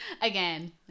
Again